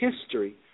history